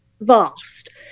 vast